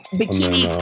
bikini